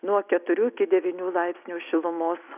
nuo keturių iki devynių laipsnių šilumos